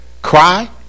cry